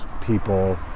people